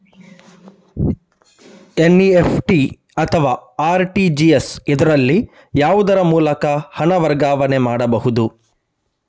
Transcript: NEFT ಅಥವಾ RTGS, ಇದರಲ್ಲಿ ಯಾವುದರ ಮೂಲಕ ಹಣ ವರ್ಗಾವಣೆ ಮಾಡಬಹುದು?